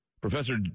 Professor